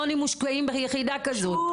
אני עורכת דין במקצועי,